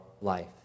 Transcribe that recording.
life